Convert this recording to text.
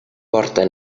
porta